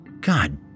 God